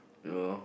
you know